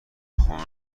خونه